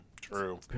true